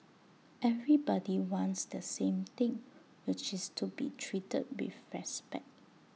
everybody wants the same thing which is to be treated with respect